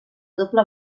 doble